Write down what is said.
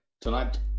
tonight